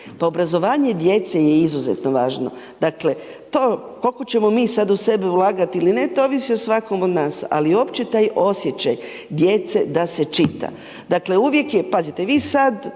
pa obrazovanje djece je izuzetno važno, dakle, to koliko ćemo mi sada u sebe ulagati ili ne, to ovisi od svakog od nas, ali opće taj osjećaj djece da se čita. Dakle, uvijek je, pazite, vi sad,